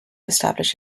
established